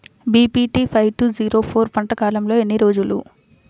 BPT five two zero four పంట కాలంలో ఎన్ని రోజులు?